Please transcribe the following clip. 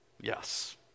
Yes